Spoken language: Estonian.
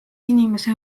inimese